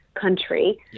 country